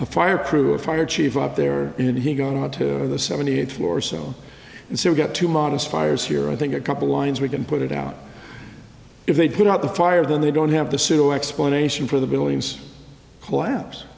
a fire chief up there and he got to the seventy eighth floor so and so we got to modest fires here i think a couple lines we can put it out if they put out the fire then they don't have the pseudo explanation for the billings collapse